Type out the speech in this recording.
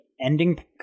ending